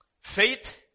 Faith